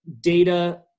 data